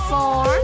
Four